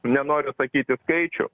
nenoriu sakyti skaičių